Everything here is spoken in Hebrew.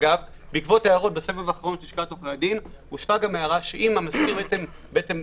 בעקבות הערות בסבב האחרון של לשכת עורכי הדין הוספה הערה שאם המזכיר דחה